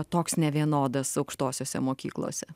toks nevienodas aukštosiose mokyklose